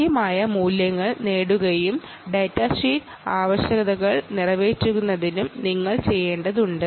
കൃത്യമായ മൂല്യങ്ങൾ നേടുന്നതിനും ഡാറ്റാഷീറ്റ് ആവശ്യകതകൾ നിറവേറ്റുന്നതിനും നിങ്ങൾ ഇത് ചെയ്യേണ്ടതുണ്ട്